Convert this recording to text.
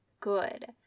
good